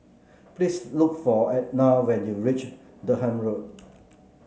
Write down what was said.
please look for Etna when you reach Durham Road